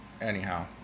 Anyhow